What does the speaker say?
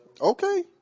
Okay